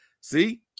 See